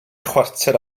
chwarter